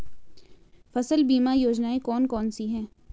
फसल बीमा योजनाएँ कौन कौनसी हैं?